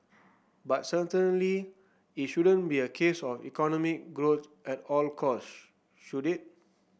but certainly it shouldn't be a case of economic growth at all costs should it